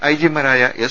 ഐജിമാരായ S